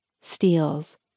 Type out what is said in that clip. steals